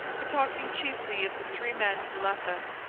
but talking chiefly of the three men who left us.